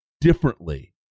differently